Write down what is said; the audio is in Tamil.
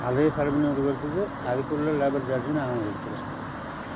அதை சரி பண்ணிக் கொடுக்கிறதுக்கு அதுக்குள்ள லேபர் சார்ஜ்ஜும் நாங்கள் கொடுத்துருவோம்